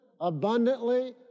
abundantly